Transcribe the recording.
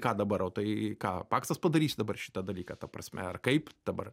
ką dabar o tai ką paksas padarys čia dabar šitą dalyką ta prasme ar kaip dabar